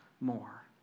more